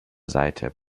seite